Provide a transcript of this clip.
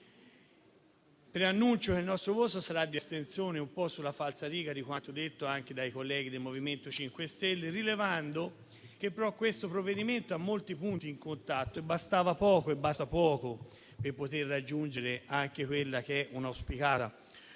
Preannuncio che il nostro voto sarà di astensione, un po' sulla falsariga di quanto detto dai colleghi del MoVimento 5 Stelle, rilevando che però questo provvedimento ha molti punti di contatto; sarebbe bastato poco per raggiungere l'auspicata